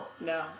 No